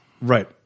Right